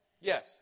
yes